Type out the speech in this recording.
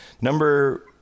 Number